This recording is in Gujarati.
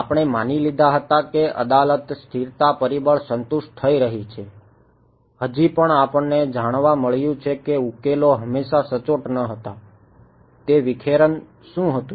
આપણે માની લીધા હતા કે અદાલત સ્થિરતા પરિબળ સંતુષ્ટ થઈ રહી છે હજી પણ આપણને જાણવા મળ્યું છે કે ઉકેલો હંમેશાં સચોટ ન હતા તે વિખેરન શું હતું